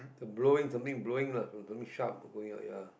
blowing something blowing lah something sharp going out ya